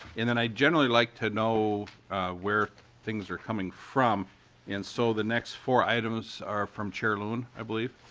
and and i generally like to know where things are coming from and so the next four items are from chair loon i believe.